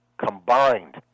combined